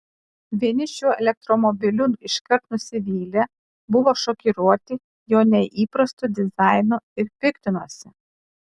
vieni šiuo elektromobiliu iškart nusivylė buvo šokiruoti jo neįprastu dizainu ir piktinosi